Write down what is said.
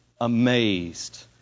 amazed